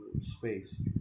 space